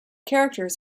characters